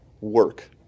Work